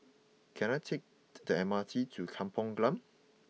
can I take the M R T to Kampong Glam